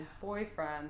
boyfriend